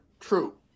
true